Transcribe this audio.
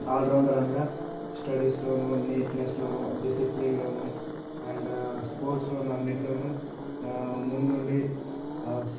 all rounder అనగా స్టడీస్లోను నీట్నెస్లోను డిసిప్లిన్లోను అండ్ స్పోర్ట్స్లోనూ అన్నిట్లోనూ ముందుండి